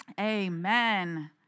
Amen